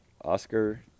Oscar